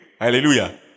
Hallelujah